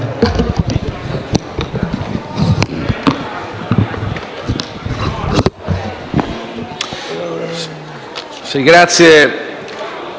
Grazie